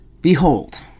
behold